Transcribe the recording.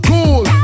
Cool